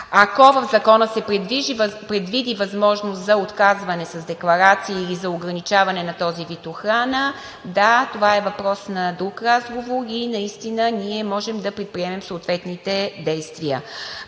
Ако в Закона се предвиди възможност за отказване с декларации или за ограничаване на този вид охрана – да, това е въпрос на друг разговор и наистина ние можем да предприемем съответните действия.